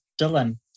Dylan